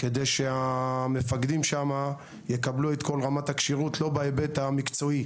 כדי שהמפקדים שם יקבלו את כל רמת הכשירות לא בהיבט המקצועי,